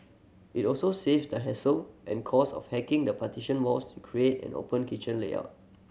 it also saves them the hassle and cost of hacking the partition walls to create an open kitchen layout